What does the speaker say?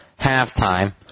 halftime